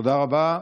תודה רבה.